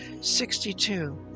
sixty-two